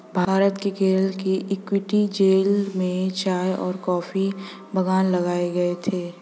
भारत के केरल के इडुक्की जिले में चाय और कॉफी बागान लगाए गए थे